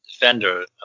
Defender